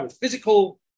physical